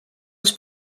els